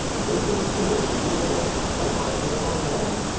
this is true, even if like arsenic or lead,